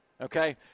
Okay